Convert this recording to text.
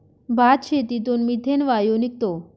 भातशेतीतून मिथेन वायू निघतो